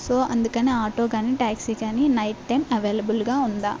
so అందుకని auto కానీ taxi కానీ నైట్ టైం అవైలబుల్గా ఉందా